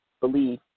Believe